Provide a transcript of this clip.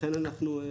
ולכן אנחנו...